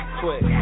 quick